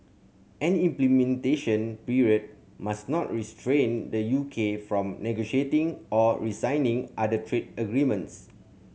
any implementation period must not restrain the U K from negotiating or resigning other trade agreements